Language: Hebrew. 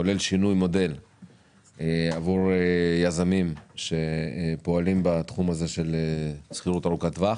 כולל שינוי מודל עבור יזמים שפועלים בתחום הזה של שכירות ארוכת טווח,